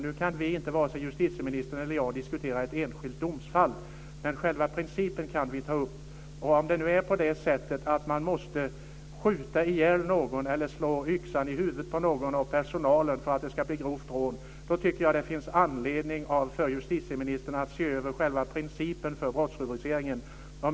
Nu kan varken justitieministern eller jag diskutera ett enskilt rättsfall, men själva principen kan vi ta upp. Om det nu är så att man måste skjuta ihjäl någon eller slå yxan i huvudet på någon i personalen för att det ska bli grovt rån tycker jag att det finns anledning för justitieministern att se över själva principerna för brottsrubriceringen.